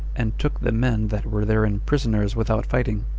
and took the men that were therein prisoners without fighting.